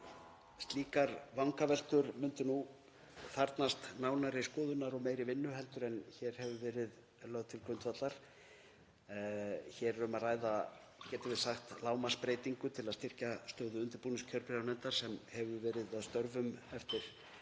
slíkar vangaveltur myndu nú þarfnast nánari skoðunar og meiri vinnu heldur en hér hefur verið lögð til grundvallar. Hér er um að ræða, getum við sagt, lágmarksbreytingu til að styrkja stöðu undirbúningskjörbréfanefndar sem hefur verið að störfum eftir